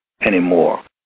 anymore